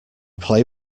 play